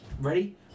Ready